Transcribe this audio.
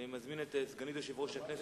אני מזמין את סגנית יושב-ראש הכנסת,